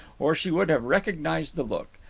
or she would have recognized the look.